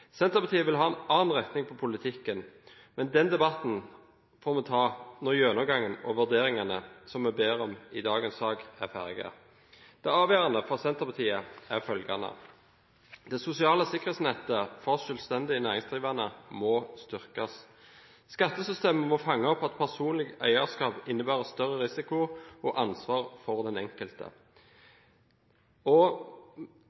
Senterpartiet vil ha en annen retning på politikken. Den debatten må vi ta når gjennomgangen og vurderingene vi ber om i dagens sak, er ferdig. Det avgjørende for Senterpartiet er følgende: Det sosiale sikkerhetsnettet for selvstendig næringsdrivende må styrkes. Skattesystemet må fange opp at personlig eierskap innebærer større risiko og ansvar for den enkelte.